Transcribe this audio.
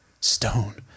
Stone